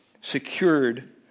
secured